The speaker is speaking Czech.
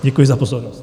Děkuji za pozornost.